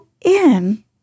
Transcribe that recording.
in